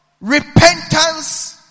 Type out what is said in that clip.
repentance